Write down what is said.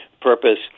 purpose